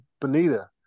Bonita